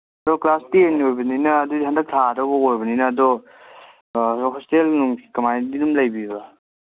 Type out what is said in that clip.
ꯑꯗꯨ class ten ꯑꯣꯏꯕꯅꯤꯅ ꯑꯗꯨꯗꯤ ꯍꯟꯗꯛ ꯊꯥꯗꯧꯕ ꯑꯣꯏꯕꯅꯤꯅ ꯑꯗꯣ ꯍꯣꯁꯇꯦꯜ ꯅꯨꯡꯗꯤ ꯀꯃꯥꯏꯗꯤ ꯑꯗꯨꯝ ꯂꯩꯕꯤꯕ꯭ꯔꯥ